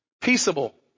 Peaceable